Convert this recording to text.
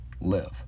live